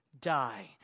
die